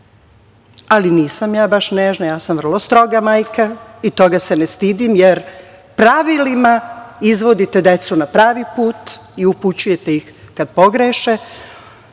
ali nisam ja baš nežna, ja sam vrlo stroga majka i toga se ne stidim, jer pravilima izvodite decu na pravi put i upućujete ih kad pogreše. Zaista